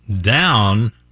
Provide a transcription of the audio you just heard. down